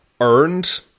earned